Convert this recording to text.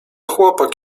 chłopak